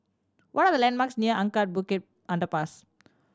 what are the landmarks near Anak Bukit Underpass